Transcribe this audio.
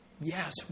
yes